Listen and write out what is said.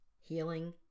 healing